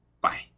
Bye